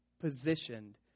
positioned